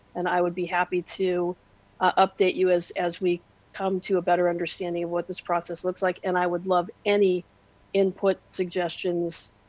and i would be happy to update you, as as we come to a better understanding of what this process looks like and i would love any input suggestions,